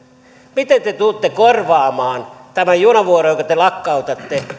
miten te tulette korvaamaan tämän junavuoron jonka te lakkautatte